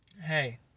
hey